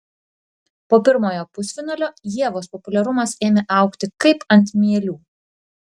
po pirmojo pusfinalio ievos populiarumas ėmė augti kaip ant mielių